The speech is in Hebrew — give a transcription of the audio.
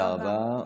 תודה רבה.